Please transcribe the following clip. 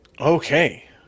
Okay